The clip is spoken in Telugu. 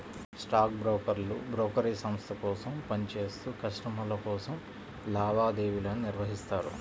స్టాక్ బ్రోకర్లు బ్రోకరేజ్ సంస్థ కోసం పని చేత్తూ కస్టమర్ల కోసం లావాదేవీలను నిర్వహిత్తారు